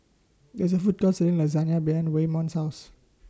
There IS A Food Court Selling Lasagne behind Waymon's House